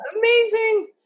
amazing